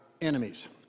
enemies